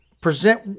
present